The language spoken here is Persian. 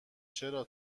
چرا